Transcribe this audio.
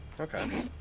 Okay